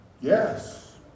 Yes